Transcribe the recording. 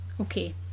Okay